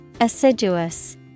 Assiduous